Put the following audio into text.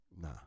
nah